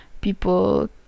people